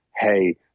hey